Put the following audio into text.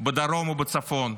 בדרום ובצפון,